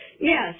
Yes